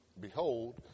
Behold